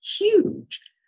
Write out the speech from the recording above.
huge